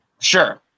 sure